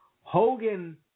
hogan